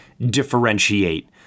differentiate